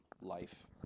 life